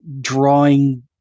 drawing